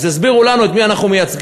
אז יסבירו לנו את מי אנחנו מייצגים.